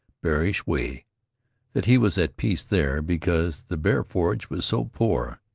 bearish way that he was at peace there because the bear-forage was so poor.